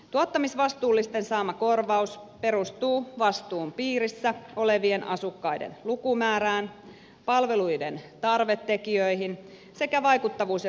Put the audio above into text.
tuottamisvastuullisten saama korvaus perustuu vastuun piirissä olevien asukkaiden lukumäärään palveluiden tarvetekijöihin sekä vaikuttavuus ja tehokkuusvaatimuksiin